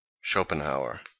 Schopenhauer